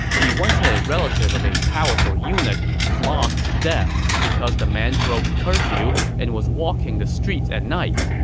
he once had a relative of a powerful eunuch flogged to death because the man broke curfew and was walking the streets at night.